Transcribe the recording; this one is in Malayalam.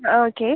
അ ഓക്കേ